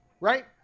right